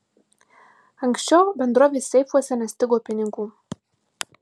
anksčiau bendrovės seifuose nestigo pinigų